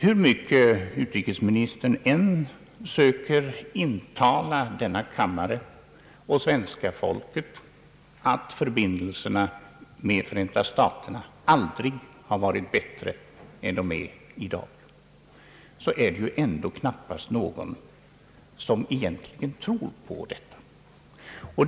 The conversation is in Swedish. Hur mycket utrikesministern än skulle försöka intala denna kammare och svenska folket, att förbindelserna med Förenta staterna aldrig har varit bättre än de är i dag, är det knappast någon som egentligen tror på detta.